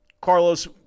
carlos